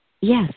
Yes